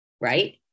right